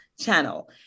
channel